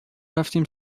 رفتیم